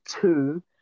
two